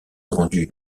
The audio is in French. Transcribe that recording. rendu